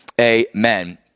Amen